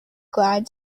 glad